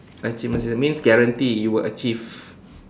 achievements means guarantee you will achieve